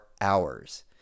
hours